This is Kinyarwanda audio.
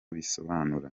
bisobanura